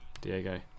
Diego